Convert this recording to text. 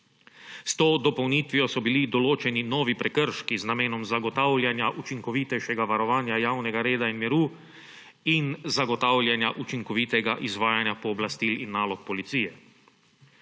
S to dopolnitvijo so bili določeni novi prekrški z namenom zagotavljanja učinkovitejšega varovanja javnega reda in miru ter zagotavljanja učinkovitega izvajanja pooblastil in nalog policije.